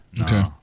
Okay